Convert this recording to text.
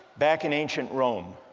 back in ancient rome